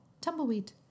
tumbleweed